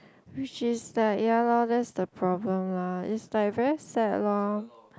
which is like ya lor that's the problem lah is like very sad lor